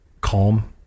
calm